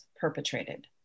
perpetrated